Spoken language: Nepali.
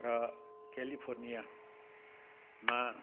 र क्यालिफोर्नियामा